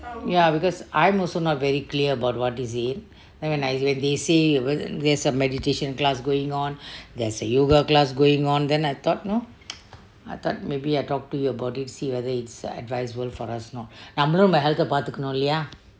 ya because I'm also not very clear about what is it never mind when they say there's a meditation class going on there's a yoga class going on then I thought you know I thought maybe I talk to your body see whether it's a advisable for us not நம்மாலும் நம்பளோதே:nammalum nambolete health பாட்டுக்குனும் இல்லேயா:pattukkunum illeya